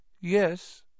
Yes